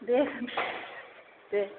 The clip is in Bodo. दे दे